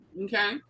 Okay